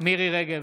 מירי מרים רגב,